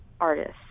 artists